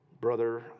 Brother